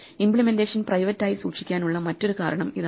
implementation private ആയി സൂക്ഷിക്കാൻ ഉള്ള മറ്റൊരു കാരണം ഇതാണ്